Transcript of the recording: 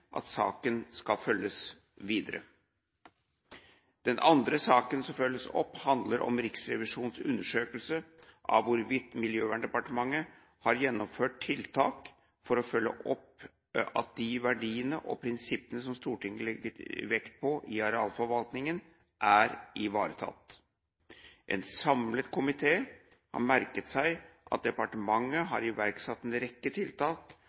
at saken skal følges videre. Den andre saken som følges opp, handler om Riksrevisjonens undersøkelse av hvorvidt Miljøverndepartementet har gjennomført tiltak for å følge opp at de verdiene og prinsippene som Stortinget legger vekt på i arealforvaltningen, er ivaretatt. En samlet komité har merket seg at departementet har iverksatt en rekke tiltak